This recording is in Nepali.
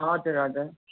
हजुर हजुर